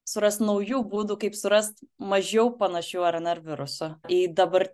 surast naujų būdų kaip surast mažiau panašių rnr virusų į dabar